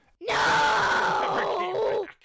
No